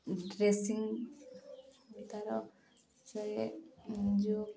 dressing ସେ ଯେଉଁ